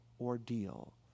ordeal